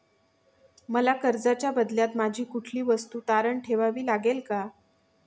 मला कर्जाच्या बदल्यात माझी कुठली वस्तू तारण ठेवावी लागेल का?